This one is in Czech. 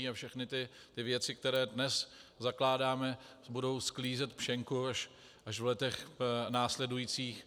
A všechny ty věci, které dnes zakládáme, budou sklízet pšenku až v letech následujících.